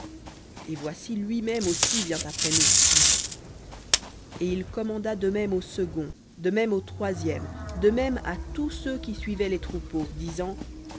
et voici lui-même aussi après nous et il commanda de même au second de même au troisième de même à tous ceux qui suivaient les troupeaux disant